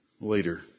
later